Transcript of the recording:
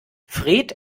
fred